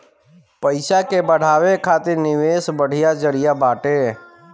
पईसा के बढ़ावे खातिर निवेश बढ़िया जरिया बाटे